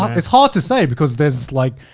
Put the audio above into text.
like it's hard to say because there's like,